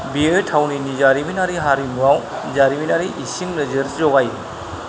बेयो थावनिनि जारिमिनारि हारिमुवाव जारिमिनारि इसिं नोजोर जगायो